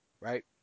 right